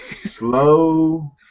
slow